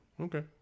Okay